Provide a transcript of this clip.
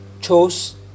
chose